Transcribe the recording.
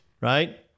Right